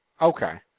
Okay